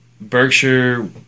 Berkshire